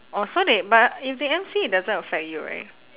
orh so they but if they M_C it doesn't affect you right